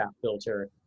filter